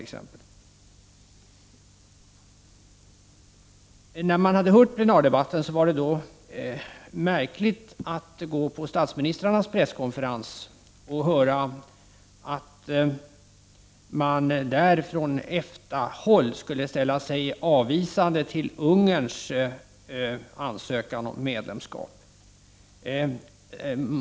Efter att ha hört plenardebatten var det märkligt att gå på statsministrarnas presskonferens och höra att man från EFTA-håll skulle ställa sig avvisande till Ungerns ansökan om medlemskap.